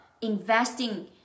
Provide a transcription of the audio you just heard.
investing